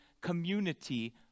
community